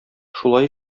шулай